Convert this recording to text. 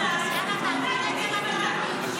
מתי?